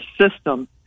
system